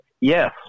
Yes